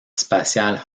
spatial